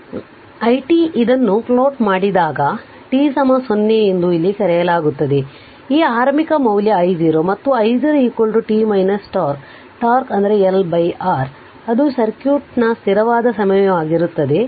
ಆದ್ದರಿಂದi t ಇದನ್ನು plot ಮಾಡಿದಾಗ t 0 ಎಂದು ಇಲ್ಲಿ ಕರೆಯಲಾಗುತ್ತದೆ ಆದ್ದರಿಂದ ಈ ಆರಂಭಿಕ ಮೌಲ್ಯ I0 ಮತ್ತು I0 t τ ಮತ್ತು τ L R ಅದು ಸರ್ಕ್ಯೂಟ್ನ ಸ್ಥಿರವಾದ ಸಮಯವಾಗಿರುತ್ತದೆ